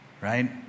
Right